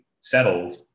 settled